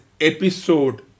episode